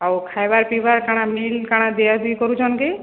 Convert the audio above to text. ଆଉ ଖାଇବାର୍ ପିଇବାର୍ କାଣା ମିଲ୍ କାଣା ଦିଆ ଦିଇ କରୁଛନ୍ କି